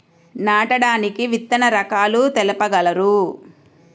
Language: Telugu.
నాటడానికి విత్తన రకాలు తెలుపగలరు?